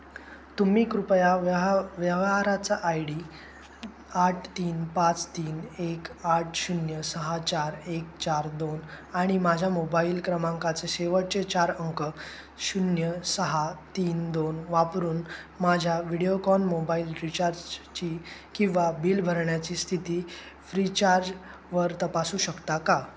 तुम्ही कृपया व्यहा व्यवहाराचा आय डी आठ तीन पाच तीन एक आठ शून्य सहा चार एक चार दोन आणि माझ्या मोबाईल क्रमांकाचे शेवटचे चार अंक शून्य सहा तीन दोन वापरून माझ्या व्हिडिओकॉन मोबाईल रिचार्जची किंवा बिल भरण्याची स्थिती फ्रीचार्जवर तपासू शकता का